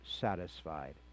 satisfied